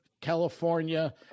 California